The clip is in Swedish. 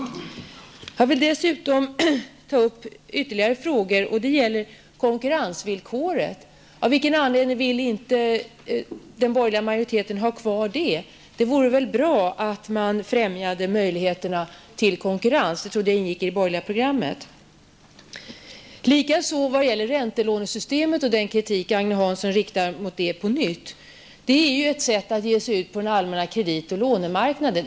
Jag vill dessutom ta upp ytterligare frågor, bl.a. konkurrensvillkoret. Av vilken anledning vill inte den borgerliga majoriteten ha kvar det? Det vore väl bra att främja möjligheterna till konkurrens -- det trodde jag ingick i det borgerliga programmet? Agne Hansson riktade på nytt kritik mot räntelånesystemet. Räntelånesystemet är ju ett sätt att ge sig ut på den allmänna kredit och lånemarknaden.